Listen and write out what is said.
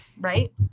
right